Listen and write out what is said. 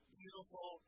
beautiful